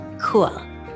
cool